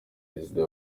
perezida